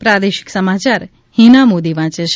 પ્રાદેશિક સમાચાર હીના મોદી વાંચે છે